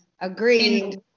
agreed